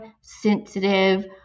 sensitive